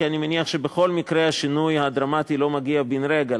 כי אני מניח שבכל מקרה השינוי הדרמטי לא מגיע בן-רגע,